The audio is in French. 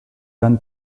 jan